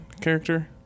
character